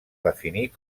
definir